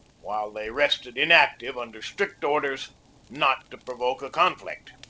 while they rested inactive under strict orders not to provoke a conflict.